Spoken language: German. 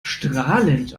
strahlend